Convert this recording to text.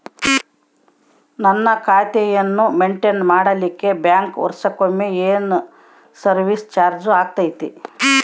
ನನ್ನ ಖಾತೆಯನ್ನು ಮೆಂಟೇನ್ ಮಾಡಿಲಿಕ್ಕೆ ಬ್ಯಾಂಕ್ ವರ್ಷಕೊಮ್ಮೆ ಏನು ಸರ್ವೇಸ್ ಚಾರ್ಜು ಹಾಕತೈತಿ?